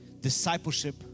Discipleship